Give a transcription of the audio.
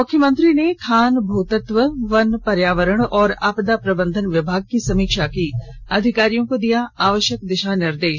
मुख्यमंत्री ने खान भूतत्व वन पर्यावरण और आपदा प्रबंधन विभाग की समीक्षा की अधिकारियों को दिया आवश्यक दिशा निर्देश